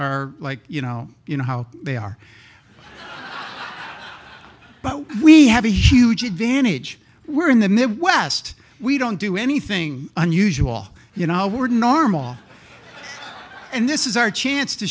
are like you know you know how they are but we have a huge advantage we're in the midwest we don't do anything unusual you know we're normal and this is our chance to